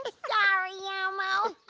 ah sorry yeah elmo.